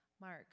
Mark